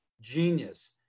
genius